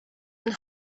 and